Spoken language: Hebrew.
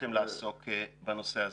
שבחרתם לעסוק בנושא הזה.